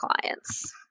clients